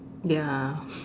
ya